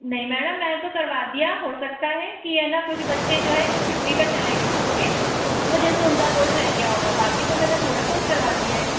नहीं मैडम मैंने तो करवा दिया हो सकता है कि है ना कुछ बच्चे जो है वो छुट्टी पे चले गए होंगे तो इस वजह से उनका कोर्स रह गया होगा बाकी तो मैंने पूरा कोर्स करवा दिया है